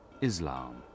Islam